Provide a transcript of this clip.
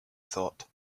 thought